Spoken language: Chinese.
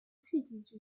气体